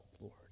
Lord